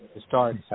start